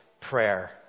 prayer